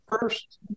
first